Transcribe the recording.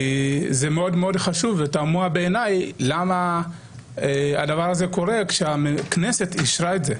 זה מאוד חשוב ותמוה בעיניי למה הדבר הזה קורה כאשר הכנסת אישרה את זה.